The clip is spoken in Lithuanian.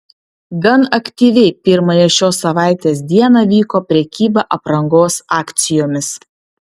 gan aktyviai pirmąją šios savaitės dieną vyko prekyba aprangos akcijomis